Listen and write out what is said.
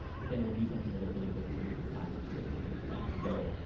but then we'll do something with it really quick to move it back up here and move things around, so.